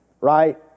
right